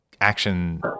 action